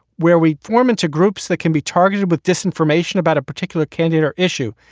where we form into groups that can be targeted with disinformation about a particular candidate or issue.